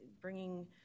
bringing